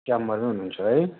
च्याम्बरमै हुनुहुन्छ है